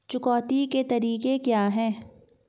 चुकौती के तरीके क्या हैं?